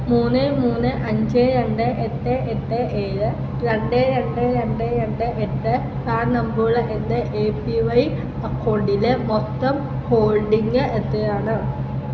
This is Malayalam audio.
മൂന്ന് മൂന്ന് അഞ്ച് രണ്ട് എട്ട് എട്ട് ഏഴ് രണ്ട് രണ്ട് രണ്ട് രണ്ട് രണ്ട് എട്ട് പ്രാൻ നമ്പറുള്ള എൻ്റെ എ പി വൈ അക്കൗണ്ടിലെ മൊത്തം ഹോൾഡിംഗ് എത്രയാണ്